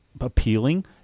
appealing